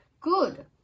Good